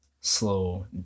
slow